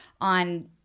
on